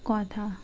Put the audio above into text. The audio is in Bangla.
কথা